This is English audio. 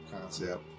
concept